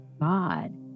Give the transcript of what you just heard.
God